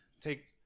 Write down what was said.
take